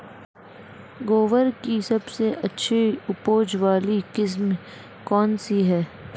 ग्वार की सबसे उच्च उपज वाली किस्म कौनसी है?